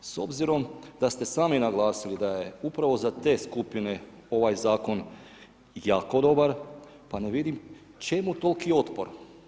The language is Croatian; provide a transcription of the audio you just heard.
S obzirom da ste sami naglasili da je upravo za te skupne ovaj zakon jako dobar pa ne vidim čemu toliki otpor.